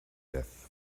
death